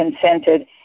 consented